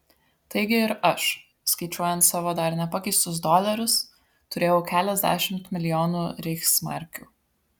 taigi ir aš skaičiuojant savo dar nepakeistus dolerius turėjau keliasdešimt milijonų reichsmarkių